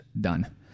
done